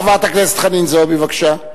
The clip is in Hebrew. חברת הכנסת חנין זועבי, בבקשה,